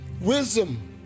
wisdom